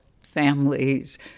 families